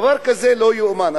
דבר כזה לא ייאמן.